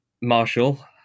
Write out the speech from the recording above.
Marshall